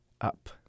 Up